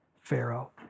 Pharaoh